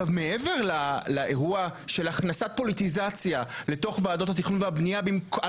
מעבר לאירוע של הכנסת פוליטיזציה לתוך ועדות התכנון והבנייה על